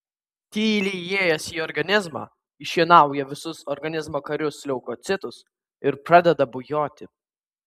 tyliai įėjęs į organizmą iššienauja visus organizmo karius leukocitus ir pradeda bujoti